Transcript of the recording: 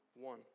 one